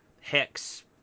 hex